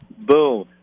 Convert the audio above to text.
Boom